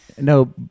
no